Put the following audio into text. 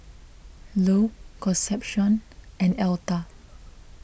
Lou Concepcion and Elta